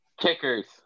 Kickers